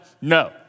no